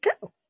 go